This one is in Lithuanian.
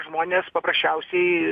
žmonės paprasčiausiai